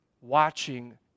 watching